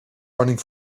running